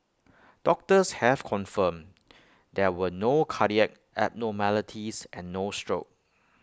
doctors have confirmed there were no cardiac abnormalities and no stroke